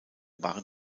waren